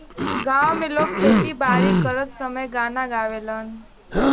गांव में लोग खेती बारी करत समय गाना गावेलन